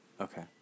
Okay